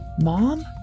Mom